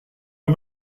are